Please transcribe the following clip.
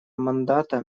мандата